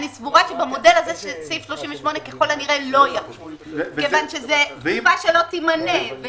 אני סבורה שבמודל הזה סעיף 38 ככל הנראה לא יחול כי זו תקופה שלא תימנה.